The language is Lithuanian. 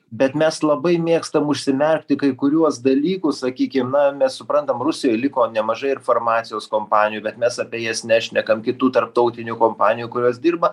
bet mes labai mėgstam užsimerkti kai kuriuos dalykus sakykim na mes suprantam rusijoj liko nemažai ir farmacijos kompanijų bet mes apie jas nešnekam kitų tarptautinių kompanijų kurios dirba